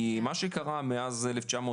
כי מה שקרה מאז 1990